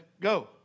go